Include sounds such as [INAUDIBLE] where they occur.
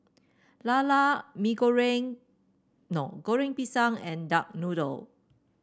lala [UNINTELLIGIBLE] no Goreng Pisang and Duck Noodle